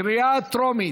קריאה טרומית.